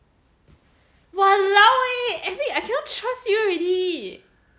!walao! eh eric I cannot trust you already